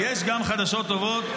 יש גם חדשות טובות.